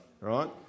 right